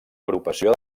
agrupació